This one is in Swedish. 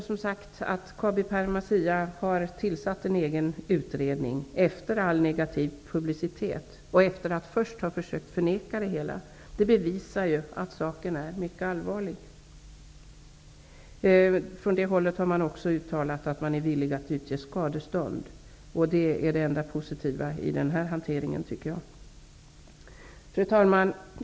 Som sagt: att Kabi Pharmacia har tillsatt en egen utredning -- efter all negativ publicitet och efter det att man först har försökt förneka det hela -- bevisar ju att saken är mycket allvarlig. Man har också uttalat att man är villig att utge skadestånd. Det är det enda positiva i den här hanteringen. Fru talman!